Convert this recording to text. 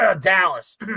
Dallas